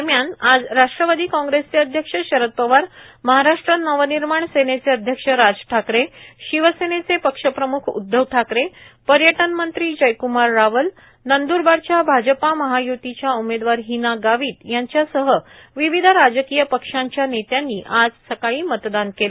दरम्यान आज राष्ट्रवादी काँग्रेसचे अध्यक्ष शरद पवार महाराष्ट्र नवनिर्माण सेनेचे अध्यक्ष राज ठाकरे शिवसेनेचे पक्षप्रम्ख उद्धव ठाकरे पर्यटन मंत्री जयक्मार रावल नंदूरबारच्या भाजपा महायुतीच्या उमेदवार हीना गावीत यांच्यासह विविध राजकीय पक्षांच्या नेत्यांनी आज सकाळी मतदान केलं